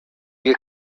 you